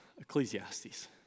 Ecclesiastes